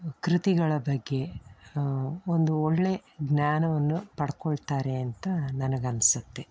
ಕೃತಿಗಳ ಬಗ್ಗೆ ಒಂದು ಒಳ್ಳೆಯ ಜ್ಞಾನವನ್ನು ಪಡ್ಕೊಳ್ತಾರೆ ಅಂತ ನನಗನಿಸುತ್ತೆ